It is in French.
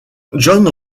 john